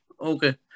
Okay